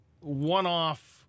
one-off